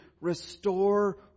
restore